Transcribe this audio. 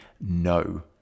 no